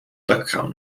dakraam